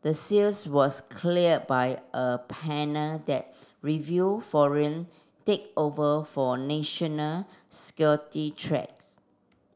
the sales was clear by a panel that review foreign takeover for national security threats